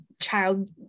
child